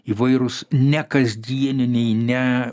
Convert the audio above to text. įvairūs nekasdieniniai ne